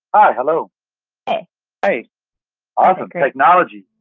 hi. hello hey hi awesome, technology.